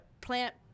plant